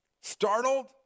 startled